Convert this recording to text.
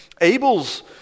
Abel's